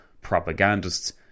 propagandists